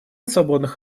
свободных